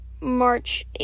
March